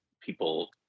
people